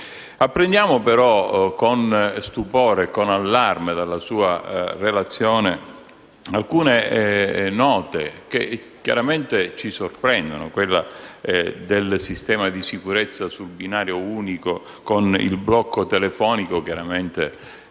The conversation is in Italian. Apprendiamo però con stupore e con allarme dalla sua relazione alcune note che chiaramente ci sorprendono. Mi riferisco al sistema di sicurezza sul binario unico con il blocco telefonico; chiaramente